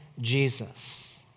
Jesus